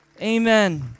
Amen